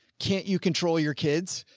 can't you control your kids?